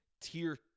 tier